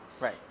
Right